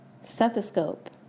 Stethoscope